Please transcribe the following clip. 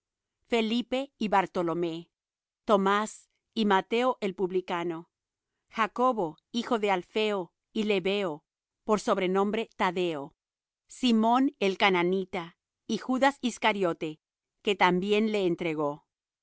felipe y bartolomé tomás y mateo el publicano jacobo hijo de alfeo y lebeo por sobrenombre tadeo simón el cananita y judas iscariote que también le entregó